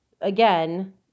again